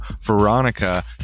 Veronica